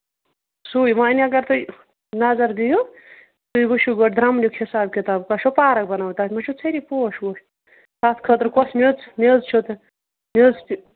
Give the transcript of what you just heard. سُے وۅنۍ اگر تُہۍ نظر دِیو تُہۍ وٕچھِو گۄڈٕ درٛمنیُک حِساب کِتاب تۄہہِ چھو پارَک بَناوٕنۍ تۄہہِ ما چھو ژھٔری پوش ووش تَتھ خٲطرٕ کۄس میٚژ میٚژ چھو تۄہہِ میٚژ چھِ